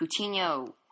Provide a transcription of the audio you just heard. Coutinho